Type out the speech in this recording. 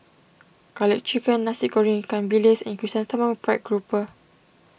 Garlic Chicken Nasi Goreng Ikan Bilis and Chrysanthemum Fried Grouper